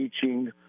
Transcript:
teaching